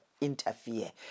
interfere